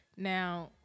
Now